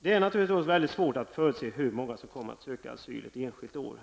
Det är naturligtvis mycket svårt att förutse hur många som kommer att söka asyl ett enskilt år.